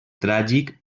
tràgic